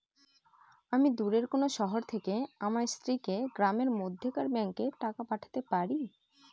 আমি দূরের কোনো শহর থেকে আমার স্ত্রীকে গ্রামের মধ্যেকার ব্যাংকে টাকা পাঠাতে পারি?